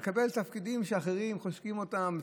הוא מקבל תפקידים שאחרים חושקים בהם.